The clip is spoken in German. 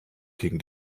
gegen